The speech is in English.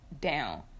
down